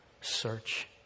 search